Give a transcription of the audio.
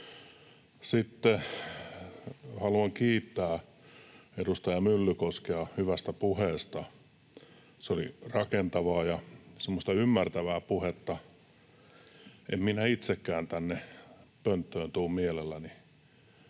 Sitten haluan kiittää edustaja Myllykoskea hyvästä puheesta. Se oli rakentavaa ja semmoista ymmärtävää puhetta. En minä itsekään tänne pönttöön tule mielelläni